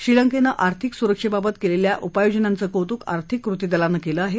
श्रीलंकेनं आर्थिक सुरक्षेबाबत केलेल्या उपाययोजनांचं कौतुक आर्थिक कृती दलानं केलं आहे